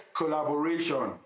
collaboration